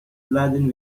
laden